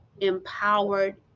empowered